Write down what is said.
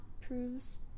proves